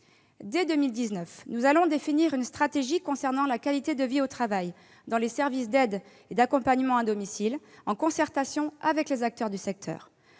Dès 2019, nous allons définir une stratégie concernant la qualité de vie au travail dans les services d'aide et d'accompagnement à domicile en concertation avec les acteurs du secteur.